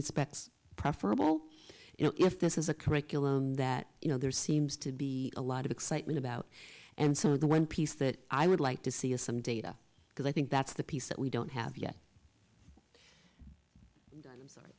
respects preferable you know if this is a curriculum that you know there seems to be a lot of excitement about and some of the one piece that i would like to see is some data because i think that's the piece that we don't have yet